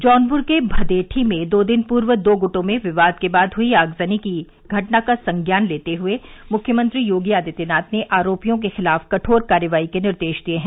जौनपुर के भदेठी में दो दिन पूर्व दो गूटों में विवाद के बाद हुई आगजनी की घटना का संज्ञान लेते हुए मुख्यमंत्री योगी आदित्यनाथ ने आरोपियों के खिलाफ कठोर कार्रवाई के निर्देश हैं